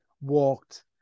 walked